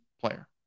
player